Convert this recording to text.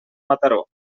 mataró